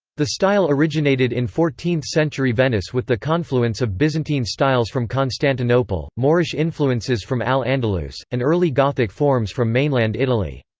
the style originated in fourteenth century venice with the confluence of byzantine styles from constantinople, moorish influences from al-andalus, and early gothic forms from mainland italy.